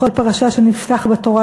בכל פרשה שנפתח בתורה,